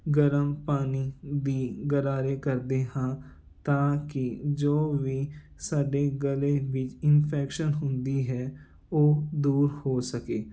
ਗਰਮ ਪਾਣੀ ਵੀ ਗਰਾਰੇ ਕਰਦੇ ਹਾਂ ਤਾਂ ਕਿ ਜੋ ਵੀ ਸਾਡੇ ਗਲੇ ਵਿੱਚ ਇਨਫੈਕਸ਼ਨ ਹੁੰਦੀ ਹੈ ਉਹ ਦੂਰ ਹੋ ਸਕੇ